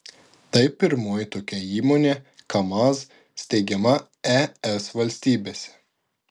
tai pirmoji tokia įmonė kamaz steigiama es valstybėse